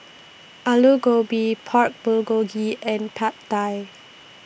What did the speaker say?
Alu Gobi Pork Bulgogi and Pad Thai